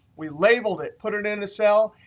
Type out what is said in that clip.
we labeled it, put it in a cell,